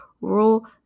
Rule